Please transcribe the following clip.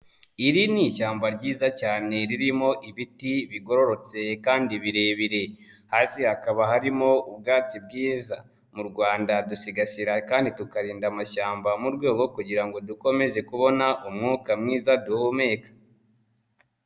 Iri ni ishyamba ryiza cyane ririmo ibiti bigororotse kandi birebire, hasi hakaba harimo ubwatsi bwiza, mu Rwanda dusigasira kandi tukarinda amashyamba mu rwego rwo kugira ngo dukomeze kubona umwuka mwiza duhumeka.